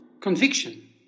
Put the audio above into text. conviction